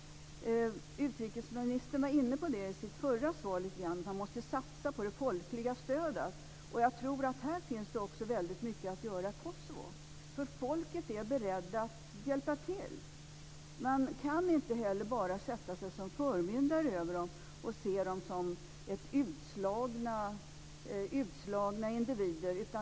Utrikesministern var lite grann inne på detta i sitt förra svar - att man måste satsa på det folkliga stödet. Jag tror att här finns det mycket att göra i Kosovo. Folket är nämligen berett att hjälpa till. Man kan inte bara sätta sig som förmyndare över människorna och se dem som utslagna individer.